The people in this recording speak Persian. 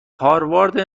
هاروارد